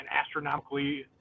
astronomically